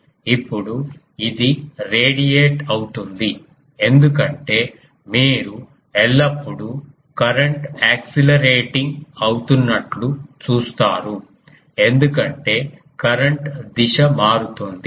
ఇప్పుడు ఇది రేడియేట్ అవుతుంది ఎందుకంటే మీరు ఎల్లప్పుడూ కరెంట్ యాక్సిలరేటింగ్ అవుతున్నట్లు చూస్తారు ఎందుకంటే కరెంట్ దిశ మారుతోంది